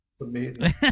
Amazing